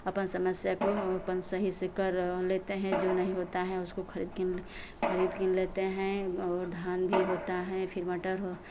अपन समस्या को अपन सही से कर लेते हैं जो नहीं होता है उसको खरीद के खरीद किन लेते हैं और धान भी होता है फिर मटर हो